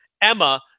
Emma